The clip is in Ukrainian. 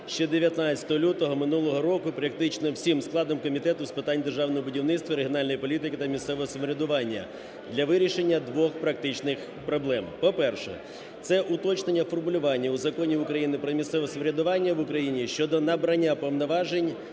ще 19 лютого минулого року практично всім складом Комітету з питань державного будівництва, регіональної політики та місцевого самоврядування для вирішення двох практичних проблем. По-перше, це уточнення формулювання у Законі України "Про місцеве самоврядування в Україні" щодо набрання повноважень